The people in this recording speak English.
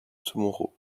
tomorrow